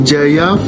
Jaya